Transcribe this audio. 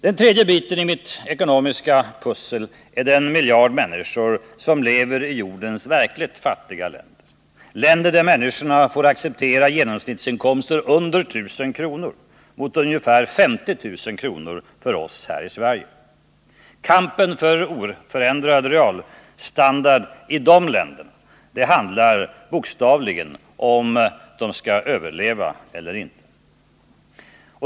Den tredje biten i mitt ekonomiska pussel är den miljard människor som lever i jordens verkligt fattiga länder, länder där människorna får acceptera genomsnittsinkomster under 1000 kr. mot ungefär 50 000 kr. för oss här i Sverige. Kampen för oförändrad realstandard handlar i dessa länder bokstavligen om att överleva eller inte.